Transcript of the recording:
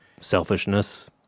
selfishness